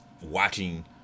watching